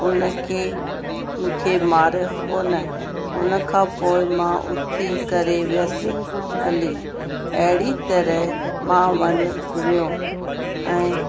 हुन खे मूंखे मारियो कोन हुन खां पोइ मां उथी करे वियसि हली ऐं अहिड़ी तरह मां वनु घुमियो ऐं